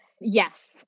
Yes